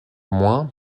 moins